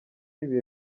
ibihe